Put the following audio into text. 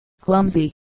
clumsy